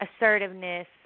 assertiveness